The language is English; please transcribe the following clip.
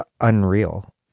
unreal